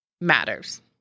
matters